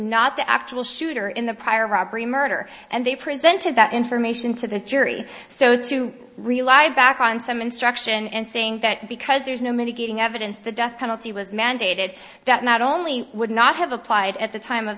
not the actual shooter in the prior robbery murder and they presented that information to the jury so to rely a back on some instruction and saying that because there's no mitigating evidence the death penalty was mandated that not only would not have applied at the time of